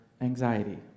anxiety